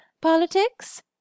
Politics